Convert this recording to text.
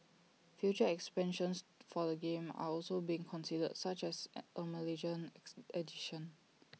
future expansions for the game are also being considered such as A Malaysian ex edition